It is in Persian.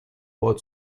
باهات